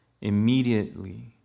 Immediately